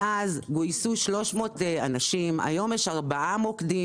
מאז גויסו 300 אנשים והיום יש ארבעה מוקדים